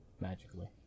magically